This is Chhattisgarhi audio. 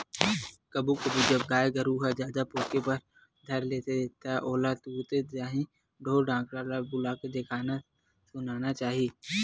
कभू कभू जब गाय गरु ह जादा पोके बर धर ले त ओला तुरते ताही ढोर डॉक्टर ल बुलाके देखाना सुनाना चाही